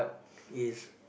is